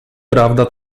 prawda